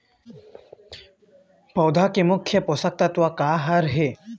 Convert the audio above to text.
पौधा के मुख्य पोषकतत्व का हर हे?